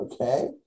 okay